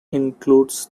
includes